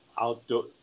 outdoor